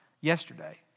yesterday